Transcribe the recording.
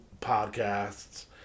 Podcasts